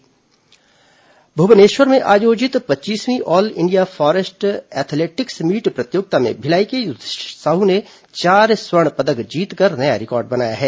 athletics meet Bhubaneswar में आयोजित पच्चीसवीं ऑलइंडिया फॉरेस्ट एथलेटिक्स मीट प्रतियोगिता में भिलाई के युधिष्ठिर साह ने चार स्वर्ण पदक जीतकर नया रिकार्ड बनाया है